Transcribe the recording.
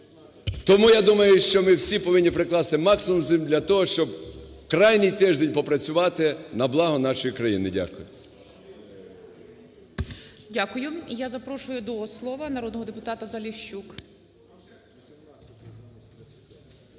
Тому я думаю, що ми всі повинні прикласти максимум зусиль для того, щоб крайній тиждень попрацювати на благо нашої країни. Дякую.